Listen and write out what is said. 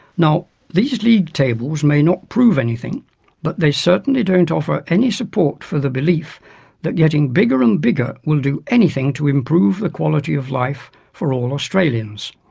now, these league tables may not prove anything but they certainly don't offer any support for the belief that getting bigger and bigger will do anything to improve the quality of life for all australians.